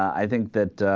i think that ah.